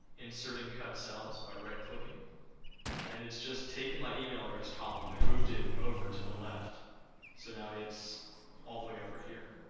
inserting cut cells by right-clicking and it's just taken my emailaddress column and moved it over to the left so, now it's all the way over here.